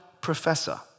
professor